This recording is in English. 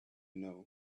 know